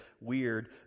weird